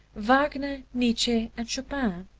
wagner, nietzsche and chopin.